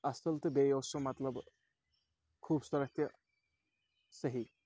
اَصٕل تہٕ بیٚیہِ اوس سُہ مطلب خوٗبصورت تہِ صحیح